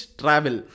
travel